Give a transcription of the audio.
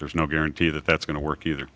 there's no guarantee that that's going to work either